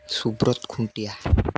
Subrata Khuntia